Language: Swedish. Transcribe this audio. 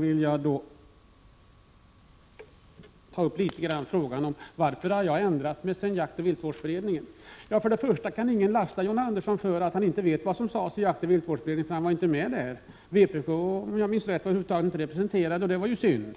vill jag ta upp frågan om varför jag har ändrat mig sedan jaktoch viltvårdsberedningen. Först och främst kan ingen lasta John Andersson för att han inte vet vad som sades i jaktoch viltvårdsberedningen, för han var inte med där. Vpk var över huvud taget inte representerat, om jag minns rätt, och det var ju synd.